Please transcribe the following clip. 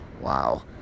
Wow